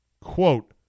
Quote